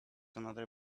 another